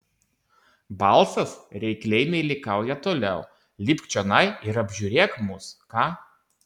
balsas reikliai meilikauja toliau lipk čionai ir apžiūrėk mus ką